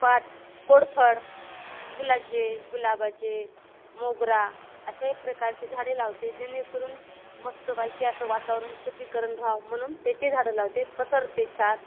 पात कोरफड फुलाचे गुलाबाचे मोगरा अशाही प्रकारचे झाडे लावते जेणेकरून मस्त बायकी असं वातावरण शुद्धीकरण राहावं म्हणून त्याची झाडं लावते पसरते चार